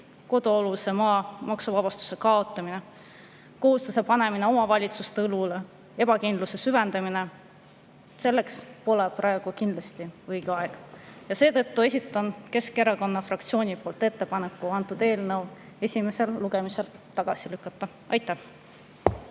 kodualuse maa maksuvabastuse kaotamine, kohustuse panemine omavalitsuste õlule, ebakindluse süvendamine … Selleks pole praegu kindlasti õige aeg ja seetõttu esitan Keskerakonna fraktsiooni poolt ettepaneku eelnõu esimesel lugemisel tagasi lükata. Aitäh!